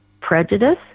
prejudice